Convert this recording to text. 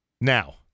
Now